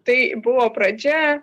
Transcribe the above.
tai buvo pradžia